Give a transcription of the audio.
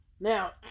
Now